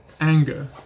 anger